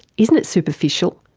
isn't it superficial?